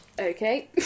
Okay